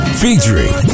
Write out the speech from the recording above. featuring